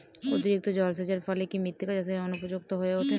অতিরিক্ত জলসেচের ফলে কি মৃত্তিকা চাষের অনুপযুক্ত হয়ে ওঠে?